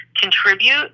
contribute